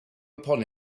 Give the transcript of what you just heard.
upon